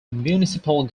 municipal